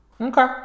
Okay